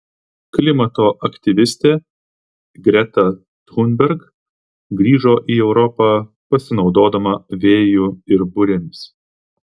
klimato aktyvistė greta thunberg grįžo į europą pasinaudodama vėju ir burėmis